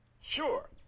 Sure